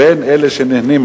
בין אלה שנהנים,